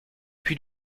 puis